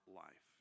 life